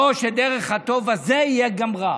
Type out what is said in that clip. לא שדרך הטוב הזה יהיה גם רע.